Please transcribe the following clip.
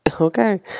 okay